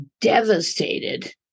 devastated